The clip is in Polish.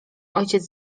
ojciec